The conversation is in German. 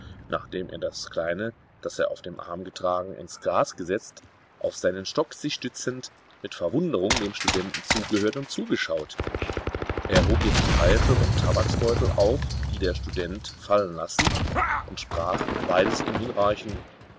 nachdem er das kleine das er auf dem arm getragen ins gras gesetzt auf seinen stock sich stützend mit verwunderung dem studenten zugehört und zugeschaut er hob jetzt pfeife und tabaksbeutel auf die der student fallen lassen und sprach beides ihm hinreichend